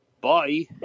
Bye